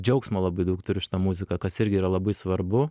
džiaugsmo labai daug turi šita muzika kas irgi yra labai svarbu